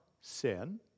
sin